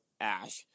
ash